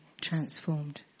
transformed